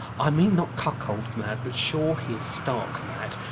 i mean not cuckold-mad but, sure, he is stark mad.